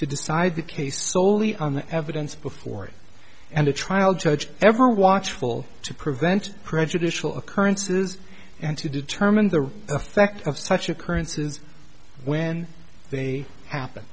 to decide the case soley on the evidence before it and the trial judge ever watchful to prevent prejudicial occurrences and to determine the effect of such occurrences when they happen